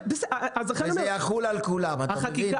זה יחול על כולם, אתה מבין?